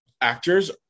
actors